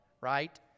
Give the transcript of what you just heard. right